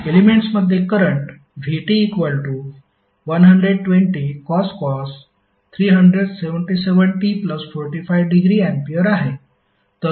एलेमेंट्समध्ये current vt120cos 377t45° ampere आहे